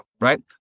right